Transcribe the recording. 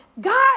God